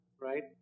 right